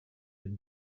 had